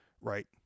right